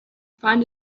find